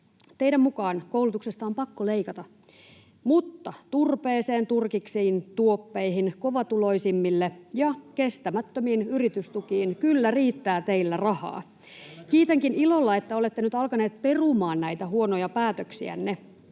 Teidän mukaanne koulutuksesta on pakko leikata, mutta turpeeseen, turkiksiin, tuoppeihin, kovatuloisimmille ja kestämättömiin yritystukiin [Hannu Hoskonen: Turpeeseen lisää rahaa!] kyllä riittää teillä rahaa. Kiitänkin ilolla, että olette nyt alkaneet perumaan näitä huonoja päätöksiänne.